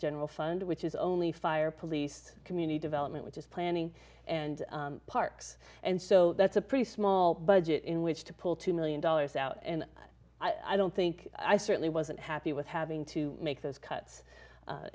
general fund which is only fire police community development which is planning and parks and so that's a pretty small budget in which to pull two million dollars out and i don't think i certainly wasn't happy with having to make those cuts